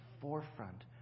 forefront